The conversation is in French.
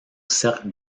cercle